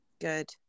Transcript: Good